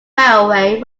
railway